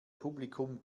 publikum